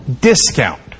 discount